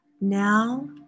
Now